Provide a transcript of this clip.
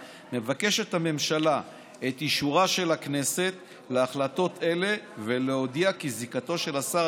מבקשת הממשלה את אישורה של הכנסת להחלטות אלה ולהודיע כי זיקתו של השר